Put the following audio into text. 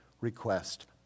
request